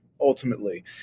ultimately